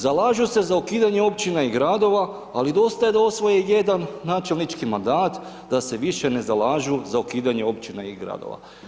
Zalažu se za ukidanje općina i gradova ali dosta je da osvoje jedan načelnički mandat da se više ne zalažu za ukidanje općina i gradova.